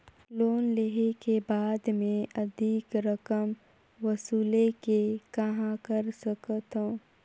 Loan लेहे के बाद मे अधिक रकम वसूले के कहां कर सकथव?